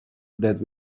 that